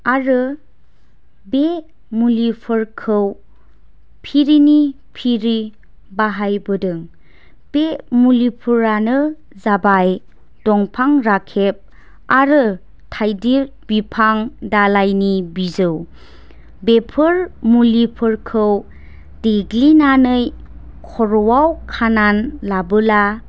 आरो बे मुलिफोरखौ फिरिनि फिरि बाहायबोदों बे मुलिफोरानो जाबाय दंफां राखेब आरो थाइगिर बिफां दालाइनि बिजौ बेफोर मुलिफोरखौ देग्लिनानै खर'वाव खाना लाबोला